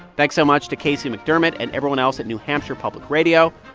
thanks so much to casey mcdermott and everyone else at new hampshire public radio.